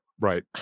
Right